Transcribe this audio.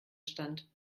stand